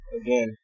again